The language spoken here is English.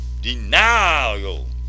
denial